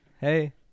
hey